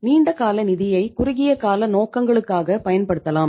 நீண்ட கால நிதியை குறுகிய கால நோக்கங்களுக்காகப் பயன்படுத்தலாம்